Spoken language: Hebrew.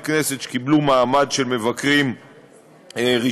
כנסת שקיבלו מעמד של מבקרים רשמיים.